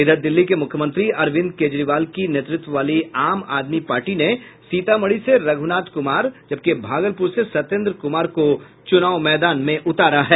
इधर दिल्ली के मुख्यमंत्री अरविंद केजरीवाल के नेतृत्व वाली आम आदमी पार्टी ने सीतामढ़ी से रघुनाथ कुमार जबकि भागलपुर से सत्येन्द्र कुमार को चुनाव मैदान में उतारा है